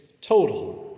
total